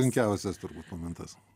sunkiausias turbūt momentas